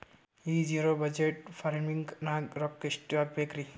ಈ zero budget farming ನಾಗ್ ರೊಕ್ಕ ಎಷ್ಟು ಹಾಕಬೇಕರಿ?